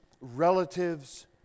relatives